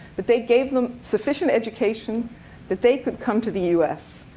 but they gave them sufficient education that they could come to the us.